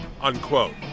unquote